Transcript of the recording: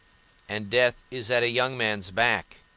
and death is at a young man's back,